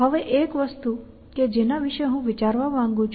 હવે એક વસ્તુ કે જેના વિષે હું વિચારવા માંગું છું